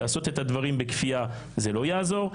לעשות את הדברים בכפייה לא יעזור.